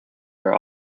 are